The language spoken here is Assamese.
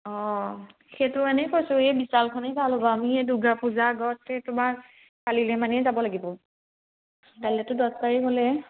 অ সেইটো এনেই কৈছোঁ এই বিশালখনেই ভাল হ'ব আমি দুৰ্গা পূজা আগতেই তোমাৰ কালিলৈ মানেই যাব লাগিব কালিতো দহ তাৰিখ হ'লেই